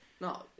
No